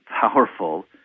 powerful